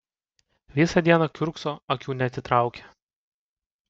visą dieną kiurkso akių neatitraukia